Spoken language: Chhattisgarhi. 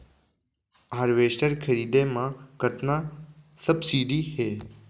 हारवेस्टर खरीदे म कतना सब्सिडी हे?